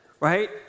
Right